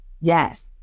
Yes